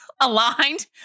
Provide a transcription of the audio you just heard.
aligned